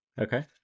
Okay